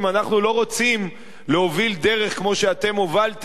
אנחנו לא רוצים להוביל דרך כמו שאתם הובלתם,